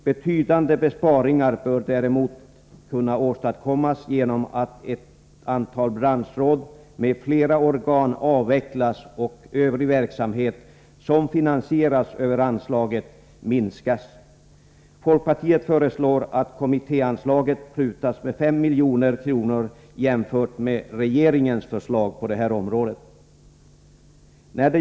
Betydande besparingar bör däremot kunna åstadkommas genom att ett antal branschråd m.fl. organ avvecklas och övrig verksamhet som finansieras över anslaget minskas. Folkpartiet föreslår att kommittéanslaget prutas med 5 milj.kr. jämfört med regeringens förslag på detta område.